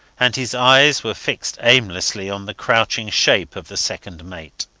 and his eyes were fixed aimlessly on the crouching shape of the second mate.